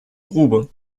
grube